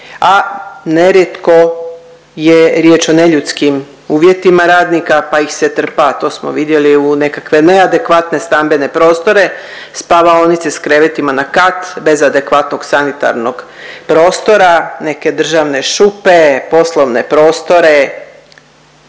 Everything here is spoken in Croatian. a nerijetko je riječ o neljudskim uvjetima radnika pa ih se trpa, a to smo vidjeli u nekakve neadekvatne stambene prostore, spavaonice s krevetima na kat bez adekvatnog sanitarnog prostora, neke državne šupe, poslovne prostore